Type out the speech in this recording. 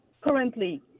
currently